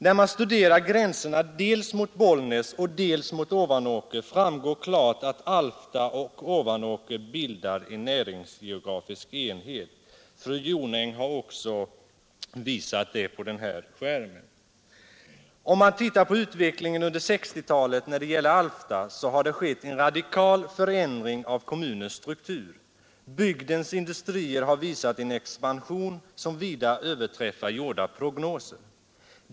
När man studerar gränserna dels mot Bollnäs, dels mot Ovanåker framgår klart att Alfta och Ovanåker bildar en näringsgeografisk enhet. Fru Jonäng har också visat det med en karta här på bildskärmen. Om man tittar på utvecklingen under 1960-talet när det gäller Alfta, finner man att det har skett en radikal förändring av kommunens struktur. Bygdens industrier har visat en expansion, som vida överträffar gjorda prognoser.